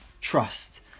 trust